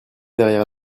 derrière